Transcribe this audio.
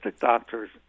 doctors